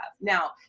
Now